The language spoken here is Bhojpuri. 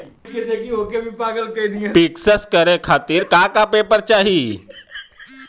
पिक्कस करे खातिर का का पेपर चाही?